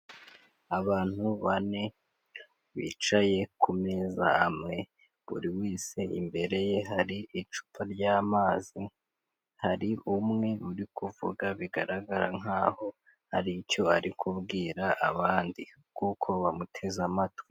Abantu bane bicaye ku meza amwe, buri wese imbere ye hari icupa ry'amazi, hari umwe uri kuvuga bigaragara nkaho hari icyo ari kubwira abandi kuko bamuteze amatwi.